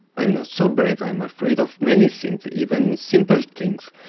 i'm not so brave. i'm afraid of many things, even simple things.